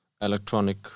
electronic